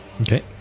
Okay